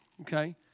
okay